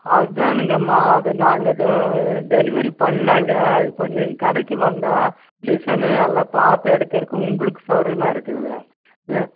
அதானுங்கம்மா அது நாங்கள் டெலிவெரி பண்ணலாங்க இப்போ நீங்கள் கடைக்கு வந்தால் டிசைனு எல்லாம் பார்த்து எடுக்குறதுக்கு உங்களுக்கு சவுகரியமா இருக்குங்க ம்